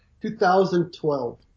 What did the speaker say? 2012